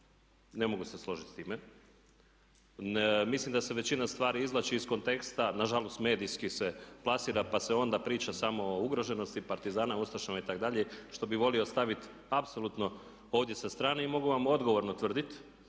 ne mogu se složiti s time. Mislim da se većina stvari izvlači iz konteksta, na žalost medijski se plasira pa se onda priča samo o ugroženosti partizana, ustašama itd. što bih volio staviti apsolutno ovdje sa strane. I mogu vam odgovorno tvrdit